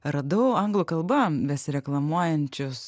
radau anglų kalba besireklamuojančius